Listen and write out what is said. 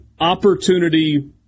opportunity